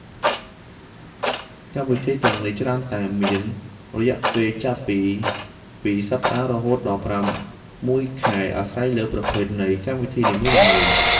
កម្មវិធីទាំងនេះច្រើនតែមានរយៈពេលចាប់ពីពីរសប្តាហ៍រហូតដល់ប្រាំមួយខែអាស្រ័យលើប្រភេទនៃកម្មវិធីនីមួយៗ។